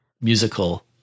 musical